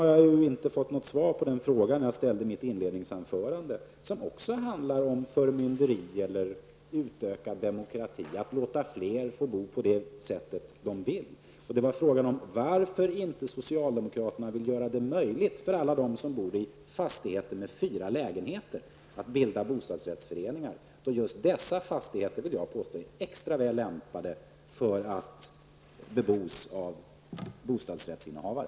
Jag har inte fått svar på den fråga som jag ställde i mitt inledningsanförande och som också handlar om förmynderi eller utökad demokrati, dvs. att låta fler bo på det sätt de vill. Det gällde frågan om varför socialdemokraterna inte vill göra det möjligt för alla dem som bor i fastigheter med fyra lägenheter att bilda bostadsrättsföreningar. Just dessa fastigheter är extra väl lämpade för att bebos av bostadsrättsinnehavare.